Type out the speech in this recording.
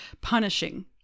punishing